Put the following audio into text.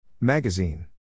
Magazine